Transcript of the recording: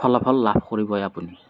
ফলাফল লাভ কৰিবই আপুনি